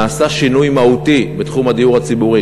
נעשה שינוי מהותי בתחום הדיור הציבורי,